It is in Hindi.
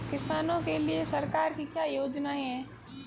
किसानों के लिए सरकार की क्या योजनाएं हैं?